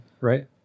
right